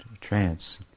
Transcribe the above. trance